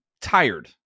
tired